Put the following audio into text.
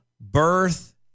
birth